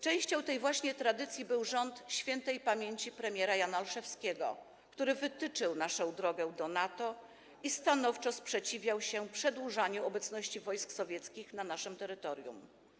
Częścią tej właśnie tradycji był rząd śp. premiera Jana Olszewskiego, który wytyczył naszą drogę do NATO i stanowczo sprzeciwiał się przedłużaniu obecności wojsk sowieckich na naszym terytorium.